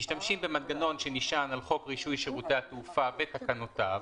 משתמשים במנגנון שנשען על חוק רישוי שירותי התעופה ותקנותיו,